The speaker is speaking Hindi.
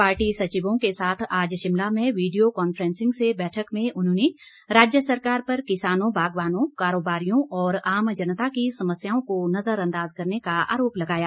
पार्टी सचिवों के साथ आज शिमला में वीडियो कांफ्रेंसिंग से बैठक में उन्होंने राज्य सरकार पर किसानों बागवानों कारोबारियों और आम जनता की समस्याओं को नजरअंदाज करने का आरोप लगाया